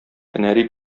һөнәри